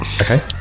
Okay